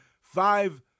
Five